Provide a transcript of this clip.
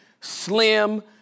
slim